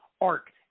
arc